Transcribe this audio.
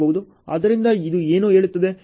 ಆದ್ದರಿಂದ ಇದು ಏನು ಹೇಳುತ್ತದೆ